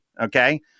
Okay